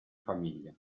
famiglia